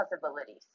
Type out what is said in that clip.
possibilities